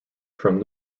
from